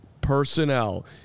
Personnel